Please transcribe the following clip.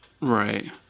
Right